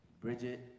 Bridget